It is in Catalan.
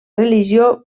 religió